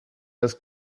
das